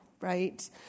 right